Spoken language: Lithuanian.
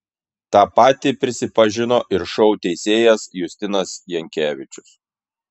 tą patį prisipažino ir šou teisėjas justinas jankevičius